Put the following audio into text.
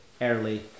early